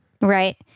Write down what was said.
Right